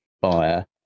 buyer